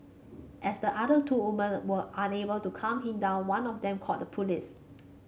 as the other two woman were unable to calm him down one of them called the police